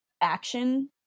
action